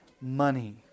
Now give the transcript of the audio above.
money